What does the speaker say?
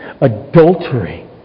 Adultery